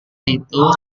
itu